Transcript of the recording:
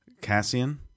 Cassian